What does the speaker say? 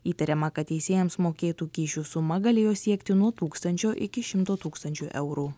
įtariama kad teisėjams mokėtų kyšių suma galėjo siekti nuo tūkstančio iki šimto tūkstančių eurų